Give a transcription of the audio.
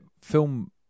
film